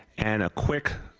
and a quick